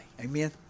Amen